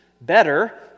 better